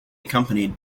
accompanied